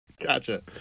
Gotcha